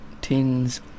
tins